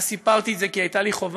אז סיפרתי את זה, כי הייתה לי חובה